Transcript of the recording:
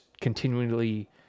continually